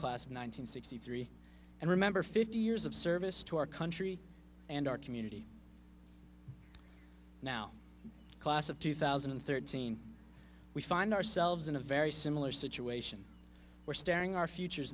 hundred sixty three and remember fifty years of service to our country and our community now class of two thousand and thirteen we find ourselves in a very similar situation where staring our futures